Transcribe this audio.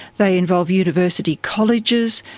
they involve university colleges.